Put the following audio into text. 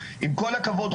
עם כל הכבוד,